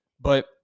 But-